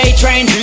train